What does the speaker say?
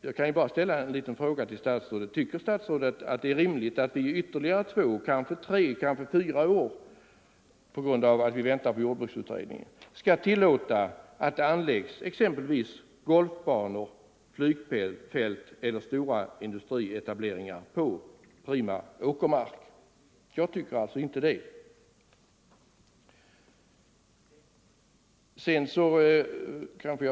Jag vill ställa en liten fråga: Tycker statsrådet att det är rimligt att vi i ytterligare två, kanske tre eller fyra år — därför att vi väntar på jordbruksutredningen — skall tillåta att exempelvis golfbanor, flygfält eller stora industrietableringar anläggs på prima åkermark? Jag tycker inte att det är rimligt.